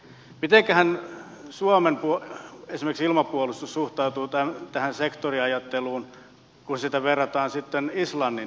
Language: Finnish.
mitenkähän esimerkiksi suomen ilmapuolustus suhtautuu tähän sektoriajatteluun kun sitä verrataan islannin ilmapuolustukseen